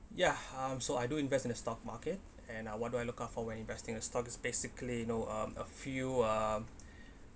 ya um so I do invest in the stock market and I want what do I look out for when investing a stock is basically you know um a few um